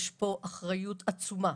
יש פה אחריות עצומה